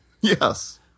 Yes